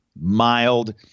mild